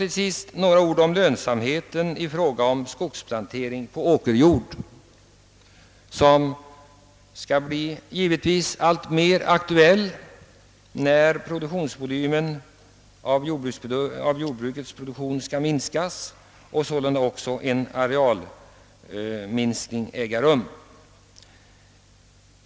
Till sist några ord om lönsamheten vid skogsplantering på åkerjord, något som givetvis kommer att bli alltmer aktuellt när volymen av jordbrukets produktion skall minskas, vilket för med sig en arealminskning.